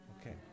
Okay